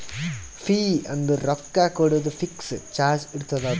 fee ಅಂದುರ್ ರೊಕ್ಕಾ ಕೊಡೋದು ಫಿಕ್ಸ್ ಚಾರ್ಜ್ ಇರ್ತುದ್ ಅದು